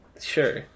Sure